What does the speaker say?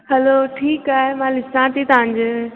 हलो ठीकु आहे मां ॾिसां थी तव्हांजे